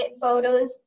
photos